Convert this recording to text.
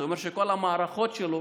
זה אומר שכל המערכות שלו